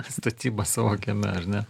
statyba savo kieme ar ne